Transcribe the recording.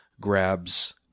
grabs